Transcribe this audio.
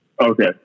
Okay